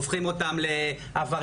הופכים אותם לעבריינים,